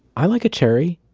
i like a cherry.